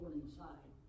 Inside